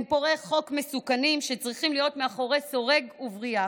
הם פורעי חוק מסוכנים שצריכים להיות מאחורי סורג ובריח.